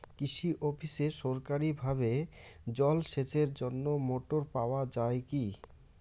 কৃষি অফিসে সরকারিভাবে জল সেচের জন্য মোটর পাওয়া যায় কি?